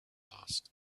asked